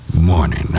morning